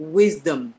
wisdom